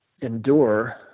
endure